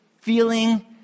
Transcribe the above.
feeling